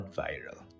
viral